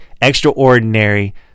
extraordinary